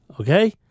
Okay